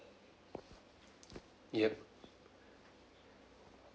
yup